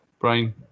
Brian